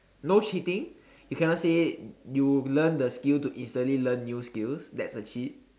no cheating you cannot say you learn the skill to instantly learn new skills that's a cheat